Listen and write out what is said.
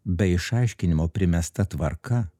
be išaiškinimo primesta tvarka